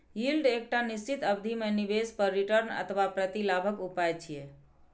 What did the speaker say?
yield एकटा निश्चित अवधि मे निवेश पर रिटर्न अथवा प्रतिलाभक उपाय छियै